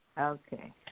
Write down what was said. Okay